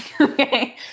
Okay